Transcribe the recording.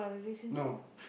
no